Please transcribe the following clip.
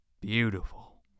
beautiful